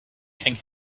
king